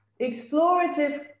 explorative